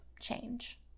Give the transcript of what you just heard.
change